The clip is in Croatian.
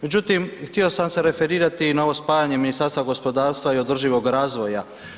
Međutim, htio sam se referirati na ovo spajanje Ministarstva gospodarstva i održivoga razvoja.